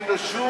אין לו שום,